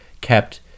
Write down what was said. kept